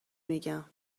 میگم